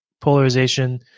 polarization